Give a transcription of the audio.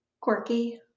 Quirky